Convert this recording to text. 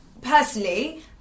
Personally